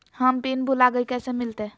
हम पिन भूला गई, कैसे मिलते?